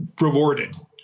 rewarded